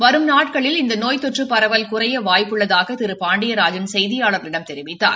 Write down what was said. வரும் நாட்களில் இந்த நோய் தொற்று பரவல் குறைய வாய்ப்பு உள்ளதாக திரு பாண்டியராஜன் செய்தியாள்களிடம் தெரிவித்தார்